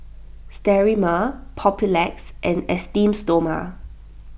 Sterimar Papulex and Esteem Stoma